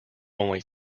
only